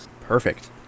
Perfect